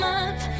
up